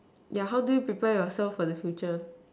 yeah how do you prepare yourself for the future